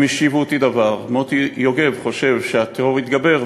הם השיבו אותי דבר: מוטי יוגב חושב שהטרור יתגבר,